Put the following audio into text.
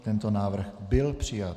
Tento návrh byl přijat.